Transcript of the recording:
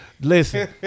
Listen